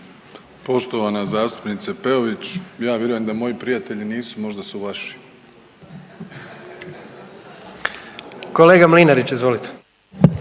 Poštovana zastupnice Peović, ja vjerujem da moji prijatelji nisu, možda su vaši. **Jandroković, Gordan